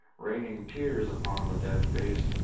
raining tears upon the dead face,